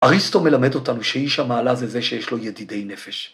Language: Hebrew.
‫אריסטו מלמד אותנו שאיש המעלה ‫זה זה שיש לו ידידי נפש.